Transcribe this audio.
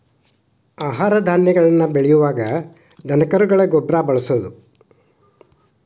ಆಹಾರ ಧಾನ್ಯಗಳನ್ನ ಬೆಳಿಯುವಾಗ ದನಕರುಗಳ ಗೊಬ್ಬರಾ ಬಳಸುದು